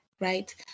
right